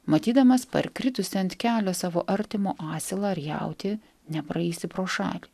matydamas parkritusį ant kelio savo artimo asilą ar jautį nepraeisi pro šalį